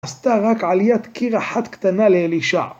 עשתה רק עליית קיר אחת קטנה לאלישע.